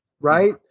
right